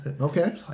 Okay